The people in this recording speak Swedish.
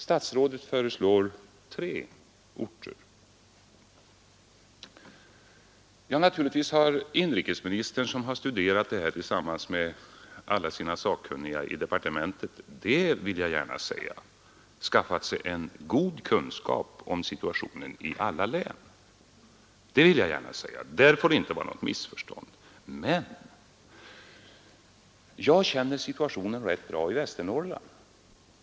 Statsrådet föreslår tre orter. Naturligtvis har inrikesministern tillsammans med alla sina sakkunniga i departementet det vill jag gärna säga — skaffat sig god kännedom om situationen i alla län. Därvidlag får det inte vara något missförstånd. Jag känner situationen rätt bra i Västernorrland.